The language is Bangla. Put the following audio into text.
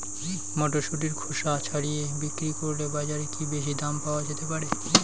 মটরশুটির খোসা ছাড়িয়ে বিক্রি করলে বাজারে কী বেশী দাম পাওয়া যেতে পারে?